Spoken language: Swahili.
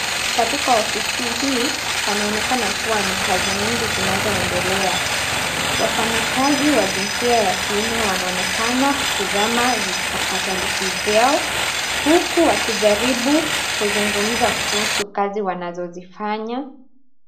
Katika ofisi hii, panaonekana kuwa na kazi mingi zinazoendelea. Wafanyikazi wa jinsia ya kiume, wanaonekana kutizama vipakatalishi vyao, huku wakijaribu kuzungumza kuhusu kazi wanazozifanya.